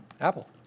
Apple